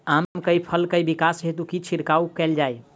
आम केँ फल केँ विकास हेतु की छिड़काव कैल जाए?